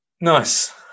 Nice